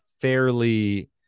fairly